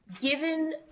given